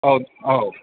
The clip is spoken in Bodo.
औ औ